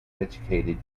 educated